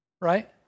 right